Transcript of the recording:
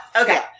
okay